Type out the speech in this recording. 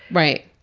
right.